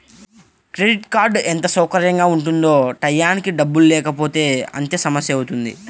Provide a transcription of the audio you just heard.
credit card ఎంత సౌకర్యంగా ఉంటుందో టైయ్యానికి డబ్బుల్లేకపోతే అంతే సమస్యవుతుంది